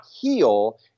heal